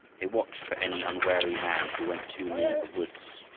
they watched for any unwary man who went too near the woods,